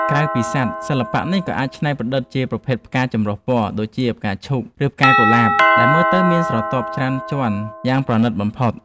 ក្រៅពីសត្វ សិល្បៈនេះក៏អាចច្នៃប្រឌិតជាប្រភេទផ្កាចម្រុះពណ៌ ដូចជាផ្កាឈូក ឬផ្កាកុលាប ដែលមើលទៅមានស្រទាប់ច្រើនជាន់យ៉ាងប្រណីតបំផុត។